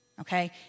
Okay